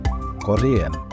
Korean